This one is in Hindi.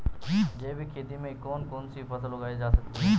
जैविक खेती में कौन कौन सी फसल उगाई जा सकती है?